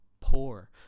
poor